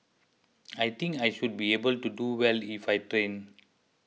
I think I should be able to do well if I train